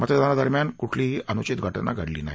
मतदानादरम्यान कुठलीही अनुवित घटना घडली नाही